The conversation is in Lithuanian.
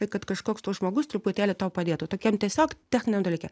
ir kad kažkoks tau žmogus truputėlį tau padėtų tokiam tiesiog techniniam dalyke